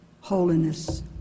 holiness